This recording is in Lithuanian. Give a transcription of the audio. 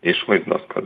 išvaizdos kad